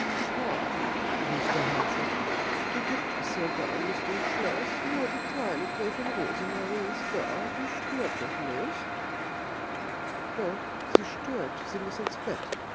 ach rief der herzog die gibt es ja gar nicht im schloß nur die kleine gräfin rosemarie ist da die stört doch nicht doch sie stört sie muß ins bett